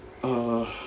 (uh huh)